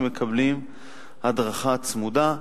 הם מקבלים הדרכה צמודה,